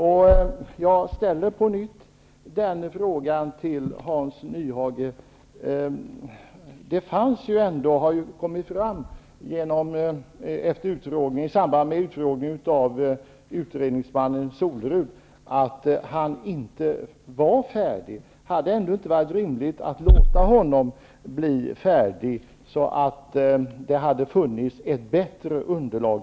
Jag vill på nytt ställa en fråga till Hans Nyhage. Det har i samband med utfrågningen av utredningsmannen Solerud framkommit att han inte var färdig. Hade det då inte varit rimligt att låta honom bli färdig så att det funnits ett bättre underlag?